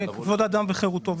כבוד אדם וחירותו,